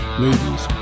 movies